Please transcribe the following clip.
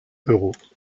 euros